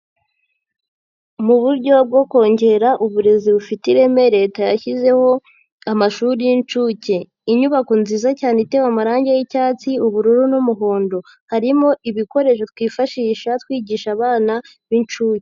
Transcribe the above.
Mu buryo bwo kongera uburezi bufite ireme leta yashyizeho amashuri y'inshuke, inyubako nziza cyane itewe amarangi y'icyatsi, ubururu n'umuhondo. Harimo ibikoresho twifashisha twigisha abana b'inshuke.